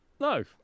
No